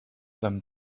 them